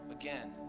again